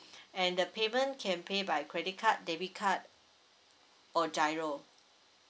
and the payment can pay by credit card debit card or GIRO